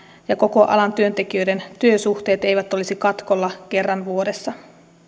ja koko alan työntekijöiden työsuhteet eivät olisi katkolla kerran vuodessa